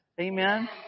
Amen